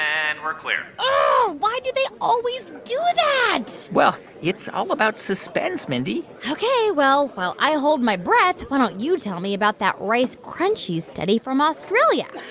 and we're clear why do they always do that? well, it's all about suspense, mindy ok. well, while i hold my breath, why don't you tell me about that rice crunchies study from australia?